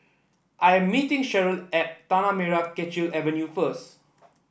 I am meeting Sheryll at Tanah Merah Kechil Avenue first